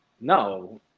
No